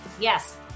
Yes